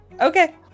Okay